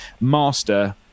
master